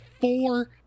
four